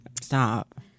Stop